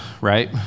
right